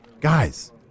Guys